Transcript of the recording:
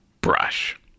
brush